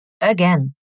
Again